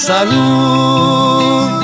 Salud